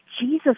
Jesus